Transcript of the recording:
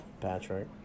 Patrick